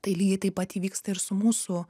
tai lygiai taip pat įvyksta ir su mūsų